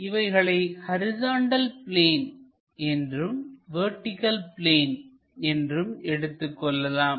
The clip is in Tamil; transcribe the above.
இனி இவைகளை ஹரிசாண்டல் பிளேன் என்றும் வெர்டிகள் பிளேன் என்றும் எடுத்துக் கொள்ளலாம்